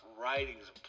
writings